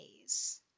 days